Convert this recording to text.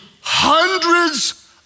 hundreds